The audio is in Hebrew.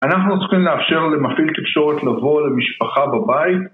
אנחנו צריכים לאפשר למפעיל תקשורת לבוא למשפחה בבית